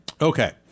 Okay